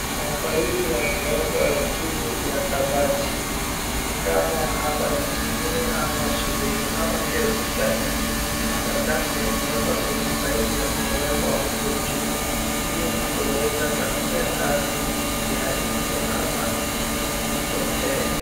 Mafaili yamewekwa juu ya kabati, ni kama hapa ni ofisini, ama shuleni ama pia hospitalini. Makaratasi yameekwa kwenye faili yakawekwa huko juu. Hii ni kuweza karatasi zisiharibike ama zisipotee.